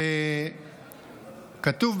שבה כתוב,